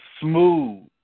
smooth